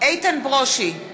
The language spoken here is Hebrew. איתן ברושי,